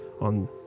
on